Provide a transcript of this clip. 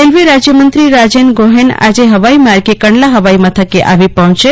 rail રાજ્ય મંત્રી રાજેન ગોહેન આજે હવાઈ માર્ગે કંડલા હવાઈ મથકે આવી પર્હોચશે